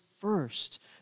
first